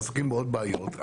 ועסוקים בעוד בעיות.